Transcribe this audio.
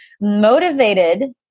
motivated